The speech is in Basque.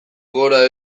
gora